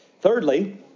Thirdly